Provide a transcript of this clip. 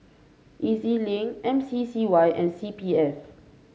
E Z Link M C C Y and C P F